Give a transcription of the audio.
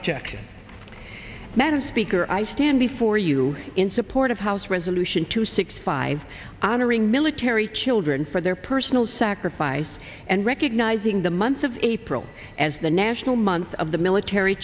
objection madam speaker i stand before you in support of house resolution two six five honoring military children for their personal sacrifice and recognizing the month of april as the national month of the military